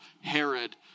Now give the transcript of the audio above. Herod